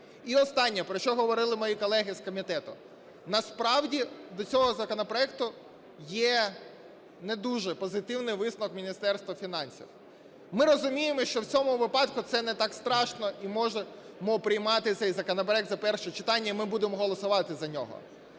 І останнє, про що говорили мої колеги з комітету. Насправді до цього законопроекту є не дуже позитивний висновок Міністерства фінансів. Ми розуміємо, що в цьому випадку це не так страшно і можемо приймати цей законопроект за перше читання, і ми будемо голосувати за нього.